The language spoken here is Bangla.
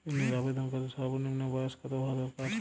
ঋণের আবেদনকারী সর্বনিন্ম বয়স কতো হওয়া দরকার?